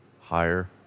higher